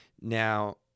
Now